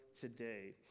today